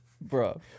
Bro